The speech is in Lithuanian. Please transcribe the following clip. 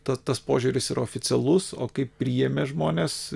tas tas požiūris yra oficialus o kaip priėmė žmonės